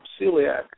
celiac